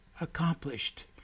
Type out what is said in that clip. accomplished